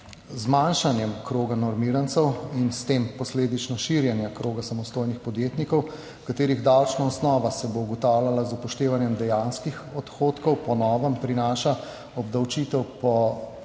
zmanjšanjem kroga normirancev in s tem posledično širjenje kroga samostojnih podjetnikov, katerih davčna osnova se bo ugotavljala z upoštevanjem dejanskih odhodkov, po novem prinaša obdavčitev po